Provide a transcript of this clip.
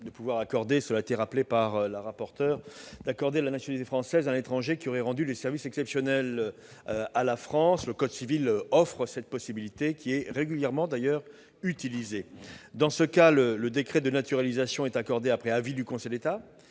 prévoit déjà, comme l'a souligné Mme la rapporteur, d'accorder la nationalité française à un étranger qui aurait rendu des services exceptionnels à la France. Le code civil offre cette possibilité, qui est régulièrement utilisée. Dans ce cas, le décret de naturalisation est rendu après avis du Conseil d'État,